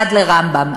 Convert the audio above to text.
עד רמב"ם.